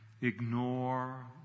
ignore